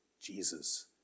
Jesus